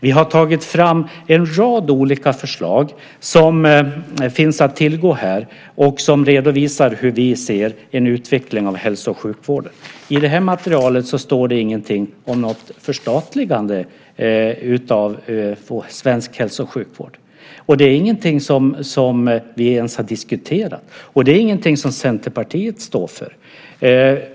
Vi har tagit fram en rad olika förslag som finns att tillgå här och som redovisar hur vi ser en utveckling av hälso och sjukvården. I det här materialet står det ingenting om något förstatligande av svensk hälso och sjukvård. Det är ingenting som vi ens har diskuterat, och det är ingenting som Centerpartiet står för.